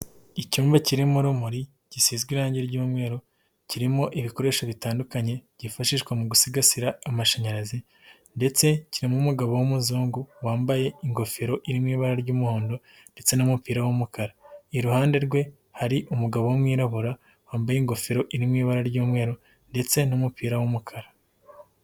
Icyumba kirimo urumuri gisizwe irangi ry'umweru, kirimo ibikoresho bitandukanye byifashishwa mu gusigasira amashanyarazi, ndetse kirimo umugabo w'umuzungu wambaye ingofero iririmo ibara ry'umuhondo, ndetse n'umupira w'umukara. Iruhande rwe hari umugabo w'umwirabura wambaye ingofero iririmo ibara ry'umweru, ndetse n'umupira w'umukara.